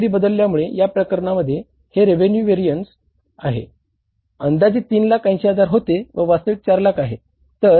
अंदाजित 3 लाख 80 हजार होते व वास्तविक 4 लाख आहे